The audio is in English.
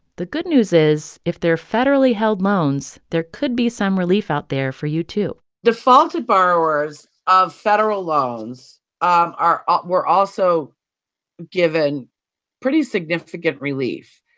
the good news is, if they're federally held loans, there could be some relief out there for you, too defaulted borrowers of federal loans are ah were also given pretty significant relief.